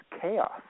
chaos